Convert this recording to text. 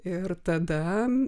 ir tada